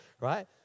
right